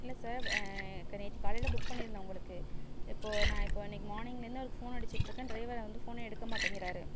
இல்லை சார் நேத்து காலையில் புக் பண்ணியிருந்தோம் உங்களுக்கு இப்போது நான் இப்போ இன்னைக்கு மார்னிங்லேருந்து அவருக்கு ஃபோன் அடிச்சுட்டுருக்கேன் ட்ரைவரு வந்து ஃபோனே எடுக்க மாட்டேங்கிறார்